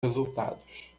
resultados